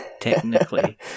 technically